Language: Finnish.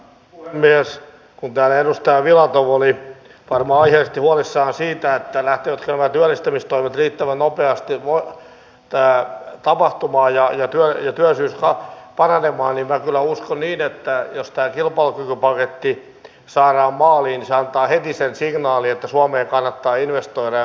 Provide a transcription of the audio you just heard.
mies kun täällä edustaja filatov oli varmaa ja huolissaan siitä että lähteet ovat työllistämistoimet riittävän nopeasti muualla jää tapahtumaa ja hyöty ja työllisyys paranemaan eivät vielä niitä asioita että jos tai jopa lupaa heti saara maaliin saakka heti sen signaalin että suomeen kannattaa ihan henk